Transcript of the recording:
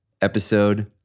episode